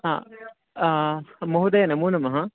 हा महोदय नमो नमः